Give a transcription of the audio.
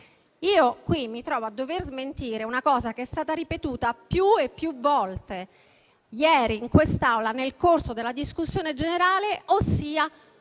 Qui mi trovo a dover smentire una cosa che è stata ripetuta più e più volte ieri in quest'Aula nel corso della discussione generale, ossia